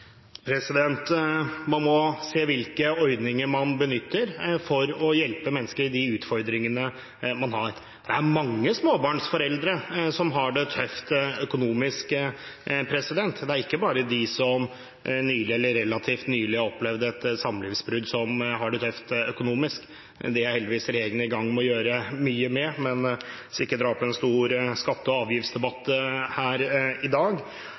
tidspunktet. Man må se hvilke ordninger man benytter for å hjelpe mennesker med utfordringene de har. Det er mange småbarnsforeldre som har det tøft økonomisk. Det er ikke bare dem som relativt nylig har opplevd et samlivsbrudd som har det tøft økonomisk. Det er heldigvis regjeringen i gang med å gjøre mye med, men jeg skal ikke dra opp den store skatte- og avgiftsdebatten her i dag.